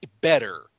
better